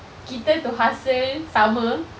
kita to hustle sama